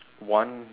one